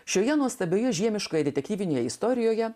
šioje nuostabioje žiemiškoje detektyvinėje istorijoje